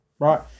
Right